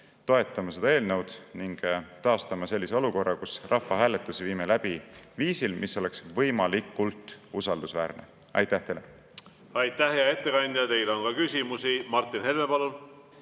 toetama seda eelnõu ning taastama sellise olukorra, kus me viime rahvahääletusi läbi viisil, mis on võimalikult usaldusväärne. Aitäh teile! Aitäh, hea ettekandja! Teile on ka küsimusi. Martin Helme, palun!